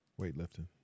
Weightlifting